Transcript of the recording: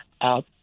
out